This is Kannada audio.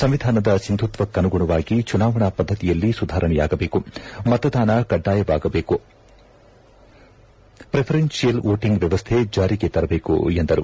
ಸಂವಿಧಾನದ ಸಿಂಧುತ್ವಕ್ಕನುಗುಣವಾಗಿ ಚುನಾವಣಾ ಪದ್ದತಿಯಲ್ಲಿ ಸುಧಾರಣೆಯಾಗಬೇಕು ಮತದಾನ ಕಡ್ಡಾಯವಾಗಬೇಕು ಪ್ರಿಫರೆನ್ಸಿಯಲ್ ವೋಟಿಂಗ್ ವ್ಯವಸ್ಥೆ ಜಾರಿಗೆ ತರಬೇಕು ಎಂದರು